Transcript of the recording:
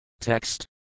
Text